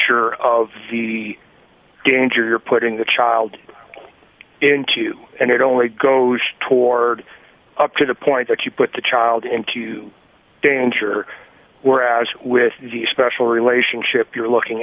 sure of the danger you're putting the child into and it only goes toward up to the point that you put the child into danger whereas with the special relationship you're looking